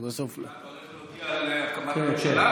מה, אתה הולך להודיע על הקמת הממשלה?